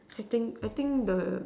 I think I think the